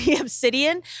obsidian